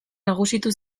nagusitu